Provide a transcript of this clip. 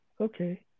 okay